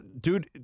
Dude